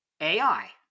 AI